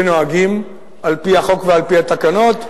שנוהגים על-פי החוק ועל-פי התקנות,